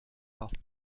pas